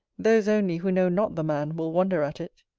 those only, who know not the man, will wonder at it.